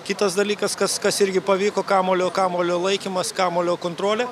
kitas dalykas kas kas irgi pavyko kamuolio kamuolio laikymas kamuolio kontrolė